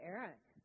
Eric